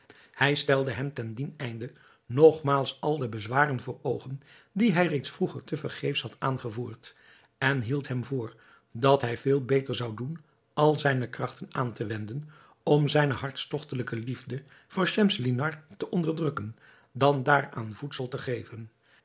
hij stelde hem ten dien einde nogmaals al de bezwaren voor oogen die hij reeds vroeger te vergeefs had aangevoerd en hield hem voor dat hij veel beter zou doen al zijne krachten aan te wenden om zijne hartstogtelijke liefde voor schemselnihar te onderdrukken dan daaraan voedsel te geven